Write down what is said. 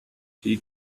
she